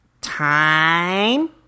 Time